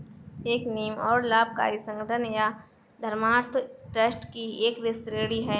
एक नींव गैर लाभकारी संगठन या धर्मार्थ ट्रस्ट की एक श्रेणी हैं